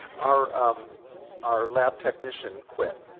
our um our lab technician quit,